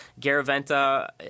Garaventa